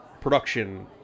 production